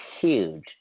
huge